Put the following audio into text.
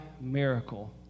Miracle